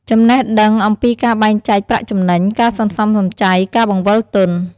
ចំណេះដឹងអំពីការបែងចែកប្រាក់ចំណេញ ការសន្សំសំចៃ ការបង្វិលទុន។